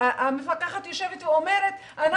והמפקחת יושבת ואומרת,